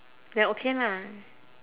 then okay lah